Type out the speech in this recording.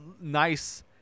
nice